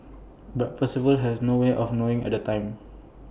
but Percival had no way of knowing at the time